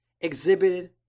exhibited